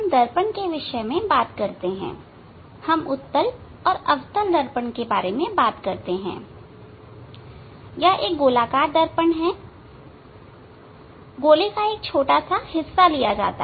दर्पण के विषय में चलिए हम उत्तल और अवतल दर्पण के बारे में बात करते हैं की यह गोलाकार दर्पण है गोले से गोले का एक छोटा हिस्सा लिया जाता है